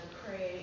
pray